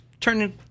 Turning